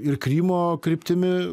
ir krymo kryptimi